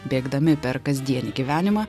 bėgdami per kasdienį gyvenimą